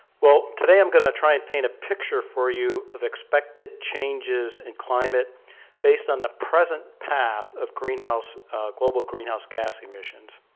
well, today i'm going to try and paint a picture for you of expected changes in climate based on the present path of global greenhouse gas emissions.